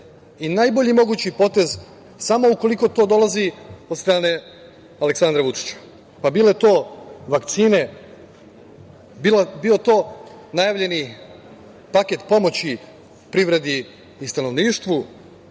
i najbolji mogući potez, samo ukoliko to dolazi od strane Aleksandru Vučiću, pa bile to vakcine, bio to najavljeni paket pomoći privredi i stanovništvu,